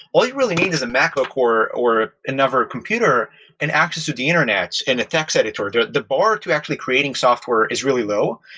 all you really need is a macro core or another computer and access to the internet and a text editor. the bar to actually creating software is really low,